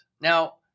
now